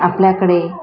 आपल्याकडे